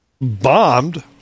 bombed